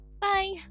bye